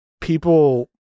people